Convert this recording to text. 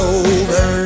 over